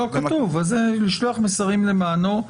לא, כתוב, לשלוח מסרים למענו.